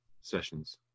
sessions